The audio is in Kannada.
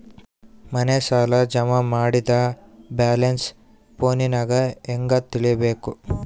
ಮನೆ ಸಾಲ ಜಮಾ ಮಾಡಿದ ಬ್ಯಾಲೆನ್ಸ್ ಫೋನಿನಾಗ ಹೆಂಗ ತಿಳೇಬೇಕು?